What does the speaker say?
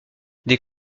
des